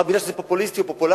רק כי זה פופוליסטי או פופולרי?